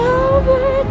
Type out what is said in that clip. over